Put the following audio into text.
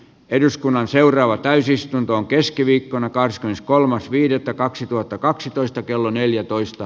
eduskunnan seuraava täysistuntoon keskiviikkona kahdeskymmeneskolmas viidettä kaksituhattakaksitoista kello neljätoista